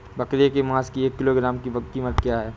बकरे के मांस की एक किलोग्राम की कीमत क्या है?